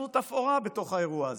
אנחנו תפאורה בתוך האירוע הזה.